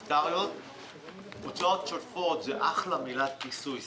הוצאות שוטפות זה אחלה מילת כיסוי.